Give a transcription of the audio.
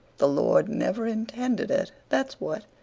the lord never intended it, that's what,